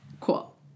Cool